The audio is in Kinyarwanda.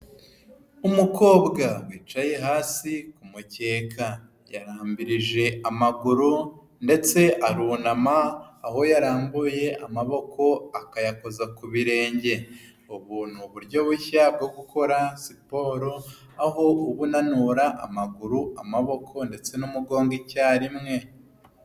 Umukobwa wicaye hasi ku mukeka yarambirije amaguru ndetse arunama aho yarambuye amaboko akayakoza ku birenge, ubu ni uburyo bushya bwo gukora siporo aho uba unanura amaguru amaboko ndetse n'umugongo icyarimwe.